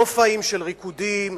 מופעים של ריקודים.